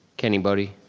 kenny bodhi.